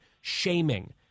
shaming